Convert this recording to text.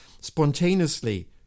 spontaneously